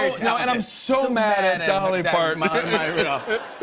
no, and i'm so mad at dolly parton. like and maya rudolph.